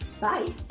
Bye